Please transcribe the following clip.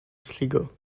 sligo